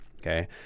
okay